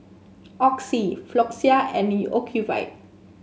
Oxy Floxia and Ocuvite